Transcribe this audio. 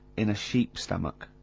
in a sheep's stomach.